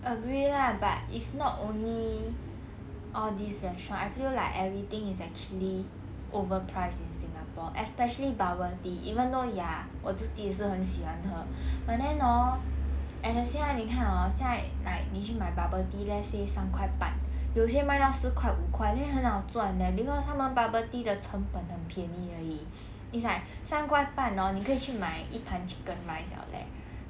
agree lah but it's not only all these restaurant I feel like everything is actually overpriced in singapore especially bubble tea even though ya 我自己也是很喜欢喝 but then hor at the same time 你看 hor 现在 like 你去卖 bubble tea let's say 三块半有些买到四块五块 then 很好赚 leh cause 他们 bubble tea 的曾本很便宜而已 it's like 三块半 hor 你可以去卖一盆 chicken rice liao leh